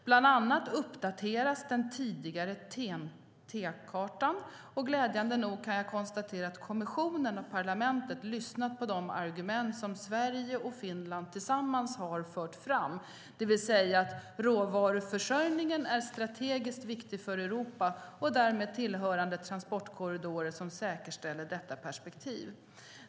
Bland annat uppdateras den tidigare TEN-T-kartan, och glädjande nog kan jag konstatera att kommissionen och parlamentet lyssnat på de argument som Sverige och Finland tillsammans har fört fram, det vill säga att råvaruförsörjningen är strategiskt viktig för Europa och därmed tillhörande transportkorridorer som säkerställer detta perspektiv.